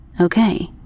Okay